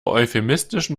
euphemistischen